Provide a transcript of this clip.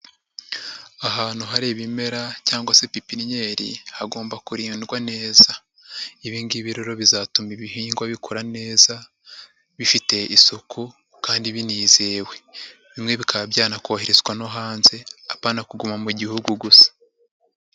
Ahantu hari ibimera cyangwa se pipinnyeri hagomba kurindwa neza. Ibi ngibi rero bizatuma ibihingwa bikura neza, bifite isuku kandi binizewe. Bimwe bikaba byanakoherezwa no hanze, apana kuguma mu gihugu gusa.